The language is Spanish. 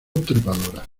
trepadora